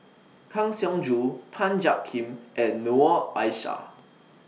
Kang Siong Joo Tan Jiak Kim and Noor Aishah